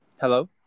Hello